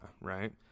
right